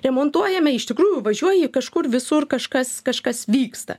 remontuojame iš tikrųjų važiuoji kažkur visur kažkas kažkas vyksta